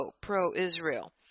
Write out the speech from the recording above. pro-Israel